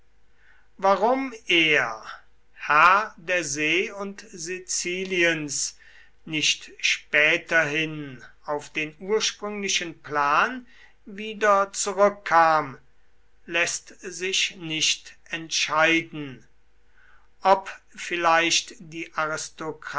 warum er herr der see und siziliens nicht späterhin auf den ursprünglichen plan wieder zurück kam läßt sich nicht entscheiden ob vielleicht die